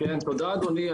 תודה אדוני.